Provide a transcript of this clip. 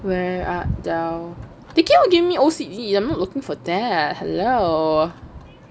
where art thou they keep on giving me O_C_D I'm not looking for that hello